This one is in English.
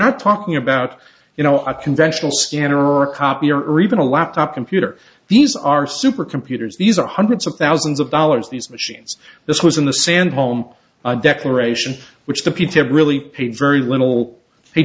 not talking about you know a conventional scanner or copy or even a laptop computer these are super computers these are hundreds of thousands of dollars these machines this was in the sand home declaration which the p t had really paid very little